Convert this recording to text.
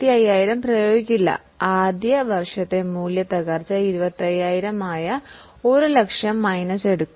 പകരം ആദ്യത്തെ വർഷത്തെ 25000 കുറച്ചു 75000 മാത്രമേ എടുക്കു